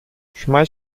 schmeiß